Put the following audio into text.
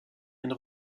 une